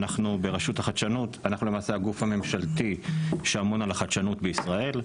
אנחנו למעשה הגוף הממשלתי שאמון על החדשנות בישראל.